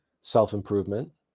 self-improvement